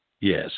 yes